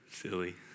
silly